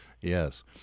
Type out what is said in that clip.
Yes